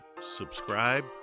subscribe